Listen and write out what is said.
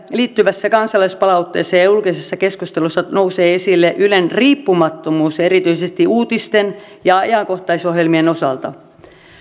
liittyvässä kansalaispalautteessa ja ja julkisessa keskustelussa nousee esille ylen riippumattomuus erityisesti uutisten ja ajankohtaisohjelmien osalta